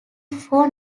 four